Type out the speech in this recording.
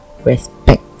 respect